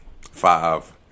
Five